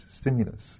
stimulus